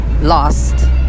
lost